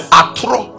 atro